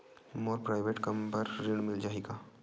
मोर private कम बर ऋण मिल जाही का?